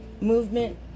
movement